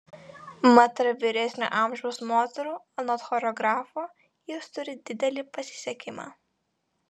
mat tarp vyresnio amžiaus moterų anot choreografo jis turi didelį pasisekimą